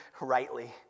rightly